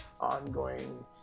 ongoing